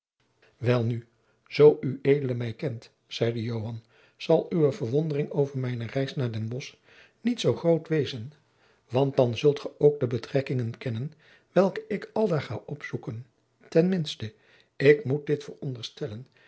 welnu zoo ued mij kent zeide joan zal uwe verwondering over mijne reis naar den bosch niet zoo groot wezen want dan zult ge ook de betrekkingen kennen welke ik aldaar ga opzoeken ten minste ik moet dit veronderstellen